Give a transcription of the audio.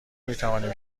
میتوانیم